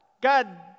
God